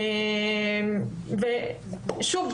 שוב,